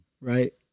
Right